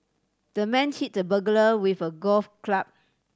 the man hit the burglar with a golf club